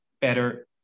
better